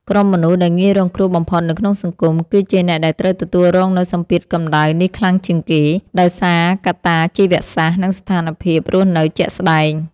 ក្រុមមនុស្សដែលងាយរងគ្រោះបំផុតនៅក្នុងសង្គម គឺជាអ្នកដែលត្រូវទទួលរងនូវសម្ពាធកម្ដៅនេះខ្លាំងជាងគេ ដោយសារកត្តាជីវសាស្ត្រ និងស្ថានភាពរស់នៅជាក់ស្តែង។